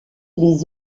les